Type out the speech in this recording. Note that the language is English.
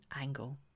angle